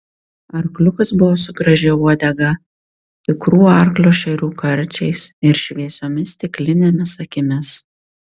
arkliukas buvo su gražia uodega tikrų arklio šerių karčiais ir šviesiomis stiklinėmis akimis